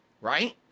right